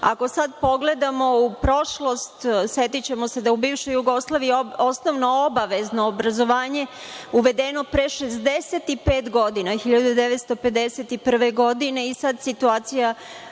Ako sad pogledamo u prošlost, setićemo se da u bivšoj Jugoslaviji osnovno obavezno obrazovanje je uvedeno pre 65 godina 1951. godine i sad je situacija,